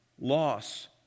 loss